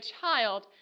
child